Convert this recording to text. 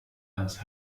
ens